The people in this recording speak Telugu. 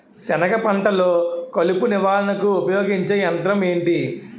సెనగ పంటలో కలుపు నివారణకు ఉపయోగించే యంత్రం ఏంటి?